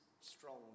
strong